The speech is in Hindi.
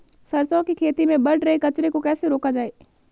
सरसों की खेती में बढ़ रहे कचरे को कैसे रोका जाए?